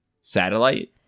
satellite